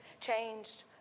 changed